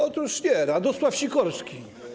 Otóż nie. Radosław Sikorski.